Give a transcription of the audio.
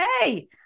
hey